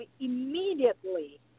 immediately